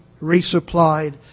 resupplied